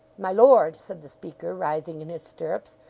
my lord said the speaker, rising in his stirrups,